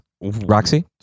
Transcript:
roxy